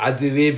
ya